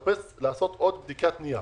לעשות עוד בדיקת נייר.